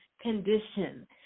condition